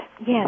Yes